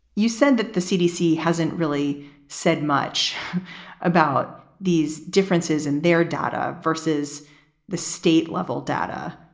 you said that the cdc hasn't really said much about these differences in their data versus the state level data.